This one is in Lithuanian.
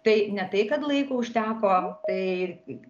tai ne tai kad laiko užteko tai